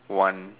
one